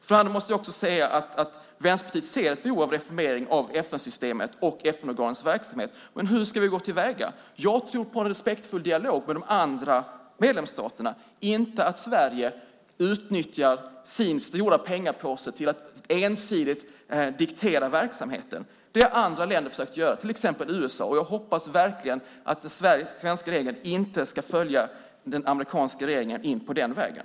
Dessutom måste jag säga att Vänsterpartiet ser ett behov av reformering av FN-systemet och FN-organets verksamhet. Men hur ska vi gå till väga? Jag tror på en respektfull dialog med de andra medlemsstaterna, inte att Sverige utnyttjar sin stora pengapåse till att ensidigt diktera verksamheten. Det har andra länder försökt göra, till exempel USA. Jag hoppas verkligen att den svenska regeringen inte ska följa den amerikanska regeringen in på den vägen.